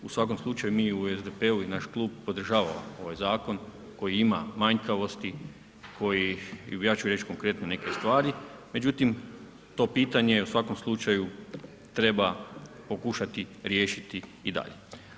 U svakom slučaju mi u SDP-u i naš klub podržava ovaj zakon koji ima manjkavosti, koji i ja ću reći konkretno neke stvari, međutim, to pitanje u svakom slučaju treba pokušati riješiti i dalje.